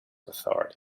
authority